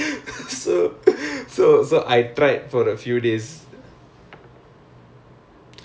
okay like it so writing the code all that is it